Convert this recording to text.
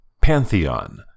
Pantheon